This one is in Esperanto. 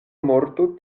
morto